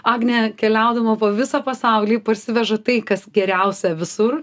agnė keliaudama po visą pasaulį parsiveža tai kas geriausia visur